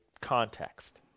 context